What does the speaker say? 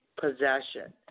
possession